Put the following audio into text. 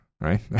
right